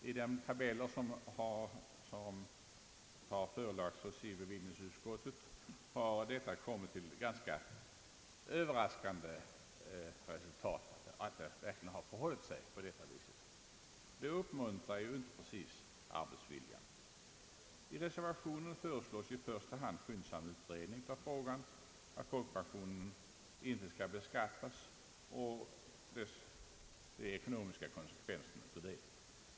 I de tabeller som har förelagts bevillningsutskottet framgår det överraskande faktum att det verkligen har förhållit sig på det sättet. Det uppmuntrar inte precis arbetsviljan. I reservationen föreslås i första hand skyndsam utredning av frågan om att folkpensionen inte skall beskattas och de ekonomiska konsekvenserna av det.